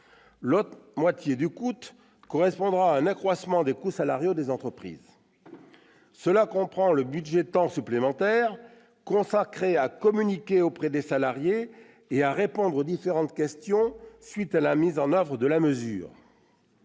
L'autre moitié du coût correspondra à un accroissement des coûts salariaux des entreprises. Cela est lié au temps supplémentaire consacré à communiquer auprès des salariés et à répondre aux différentes questions à la suite de la mise en oeuvre de la mesure.